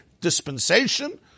dispensation